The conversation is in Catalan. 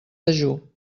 dejú